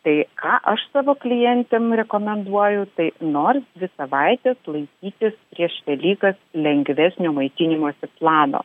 tai ką aš savo klientėm rekomenduoju tai nors dvi savaites laikytis prieš velykas lengvesnio maitinimosi plano